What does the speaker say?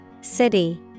City